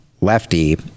lefty